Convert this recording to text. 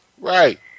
right